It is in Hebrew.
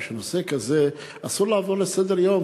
אבל בנושא כזה אסור לעבור לסדר-היום.